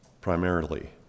primarily